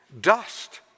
dust